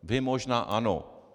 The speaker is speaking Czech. Vy možná ano.